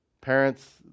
parents